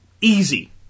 easy